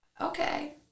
Okay